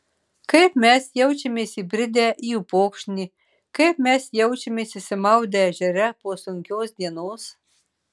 kaip mes jaučiamės įbridę į upokšnį kaip mes jaučiamės išsimaudę ežere po sunkios dienos